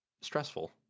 stressful